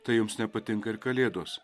tai jums nepatinka ir kalėdos